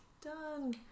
Done